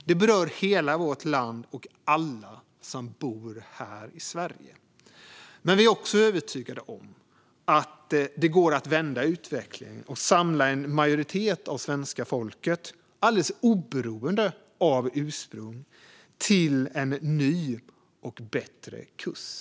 Det berör hela vårt land och alla som bor här i Sverige. Vi är dock övertygade om att det går att vända utvecklingen och samla en majoritet av svenska folket - alldeles oberoende av ursprung - till en ny och bättre kurs.